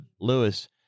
Lewis